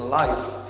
life